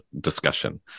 discussion